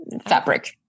fabric